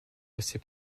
rester